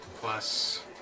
plus